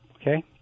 Okay